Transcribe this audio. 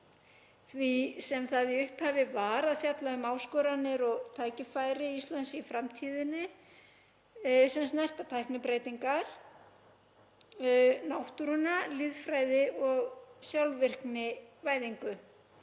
því sem það í upphafi var, að fjalla um áskoranir og tækifæri Íslands í framtíðinni sem snerta tæknibreytingar, náttúruna, lýðfræði og sjálfvirknivæðingu.